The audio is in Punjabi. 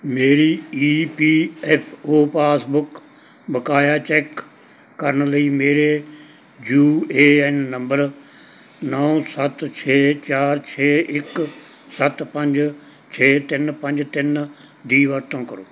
ਮੇਰੀ E P F O passbook ਬਕਾਇਆ ਚੈੱਕ ਕਰਨ ਲਈ ਮੇਰੇ ਯੂ ਏ ਐਨ ਨੰਬਰ ਨੌਂ ਸੱਤ ਛੇ ਚਾਰ ਛੇ ਇੱਕ ਸੱਤ ਪੰਜ ਛੇ ਤਿੰਨ ਪੰਜ ਤਿੰਨ ਦੀ ਵਰਤੋਂ ਕਰੋ